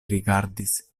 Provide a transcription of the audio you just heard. rigardis